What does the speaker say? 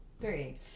three